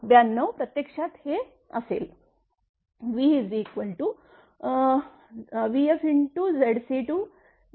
92 प्रत्यक्षात हे असेल vvfZc2Zc1Zc22